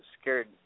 scared